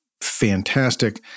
fantastic